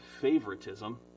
favoritism